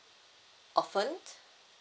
often